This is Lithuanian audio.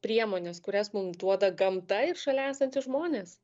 priemones kurias mum duoda gamta ir šalia esantys žmonės